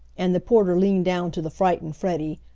and the porter leaned down to the frightened freddie,